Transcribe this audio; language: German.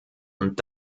und